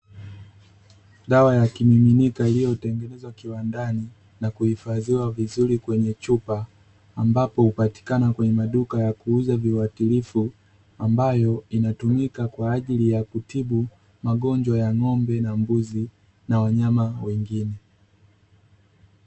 Dawa ya kimiminika iliyotengenezwa kiwandani na kuhifadhiwa vizuri kwenye chupa, ambapo hupatikana kwenye maduka ya kuuza viwatilifu, ambayo inatumika kwa ajili ya kutibu magonjwa ya ng'ombe na mbuzi, na wanyama wengine .